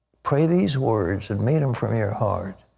pray these words, and mean them from your heart.